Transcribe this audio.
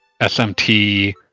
SMT